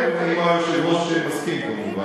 כן, אם היושב-ראש מסכים, כמובן.